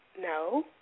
No